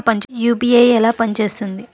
UPI ఎలా పనిచేస్తుంది?